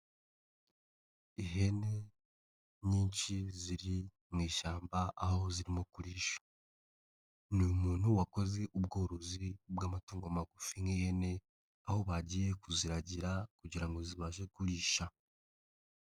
Ihene nyinshi ziri mu ishyamba aho zirimo kurisha, ni umuntu wakoze ubworozi bw'amatungo magufi nk'ihene aho bagiye kuziragira kugira ngo zibashe kurisha.